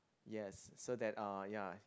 yes so that uh ya